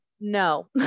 No